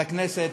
לכנסת,